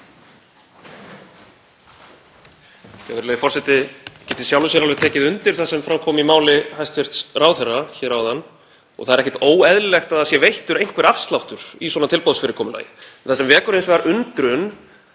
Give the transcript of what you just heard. það er ekkert óeðlilegt að það sé veittur einhver afsláttur í svona tilboðsfyrirkomulagi. Það sem vekur hins vegar undrun